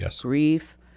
grief